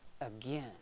again